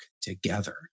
together